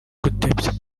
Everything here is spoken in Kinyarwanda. gutebya